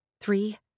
Three